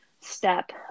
step